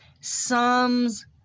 sums